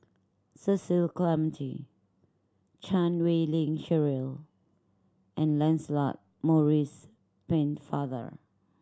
Cecil Clementi Chan Wei Ling Cheryl and Lancelot Maurice Pennefather